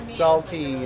salty